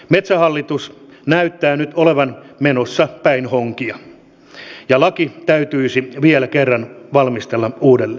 metsähallitus näyttää nyt olevan menossa päin honkia ja laki täytyisi vielä kerran valmistella uudelleen